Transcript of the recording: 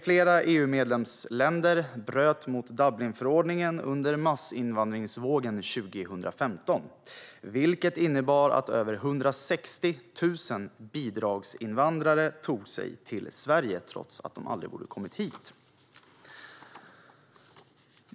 Flera EU-medlemsländer bröt mot Dublinförordningen under massinvandringsvågen 2015, vilket innebar att över 160 000 bidragsinvandrare tog sig till Sverige, trots att de aldrig borde ha kommit hit.